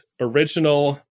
original